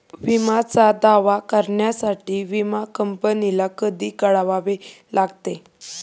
विम्याचा दावा करण्यासाठी विमा कंपनीला कधी कळवावे लागते?